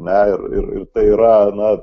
ne ir ir tai yra na